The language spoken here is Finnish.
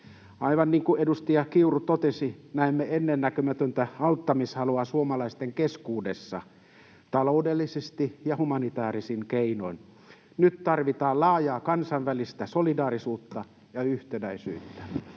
Aivan niin kuin edustaja Kiuru totesi, näemme ennennäkemätöntä auttamishalua suomalaisten keskuudessa, taloudellisesti ja humanitäärisin keinoin. Nyt tarvitaan laajaa kansainvälistä solidaarisuutta ja yhtenäisyyttä.